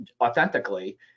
authentically